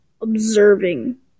observing